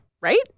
right